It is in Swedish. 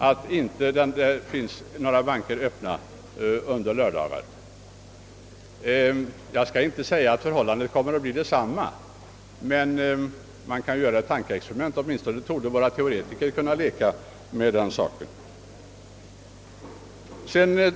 Jag skall inte säga att det kommer att bli samma förhållande på handelns område, men man kan ju göra det tankeexperimentet. Våra teoretiker kan ju börja leka med tanken.